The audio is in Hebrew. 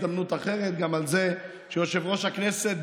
וגם על זה שיושב-ראש הכנסת,